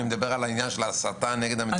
אני מדבר על העניין של ההסתה נגד המדינה.